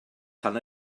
tan